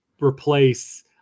replace